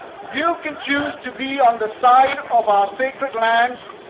you can choose to be on the side of our sacred lands,